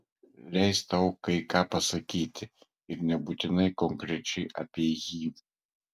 leisk tau kai ką pasakyti ir nebūtinai konkrečiai apie jį